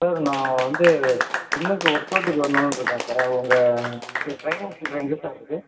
sir நான் வந்து ஜிம்முக்கு ஒர்க்கோட்டுக்கு வரணுன்னு இருக்கேன் சார் உங்க இது ட்ரைனிங் சென்டர் எங்கே சார் இருக்குது